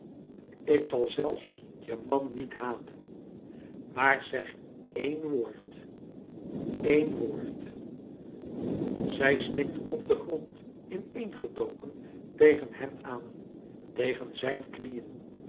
ik zal zelfs je man niet haten maar zeg één woord één woord zij snikte op den grond in een gedoken tegen hem aan tegen zijn knieën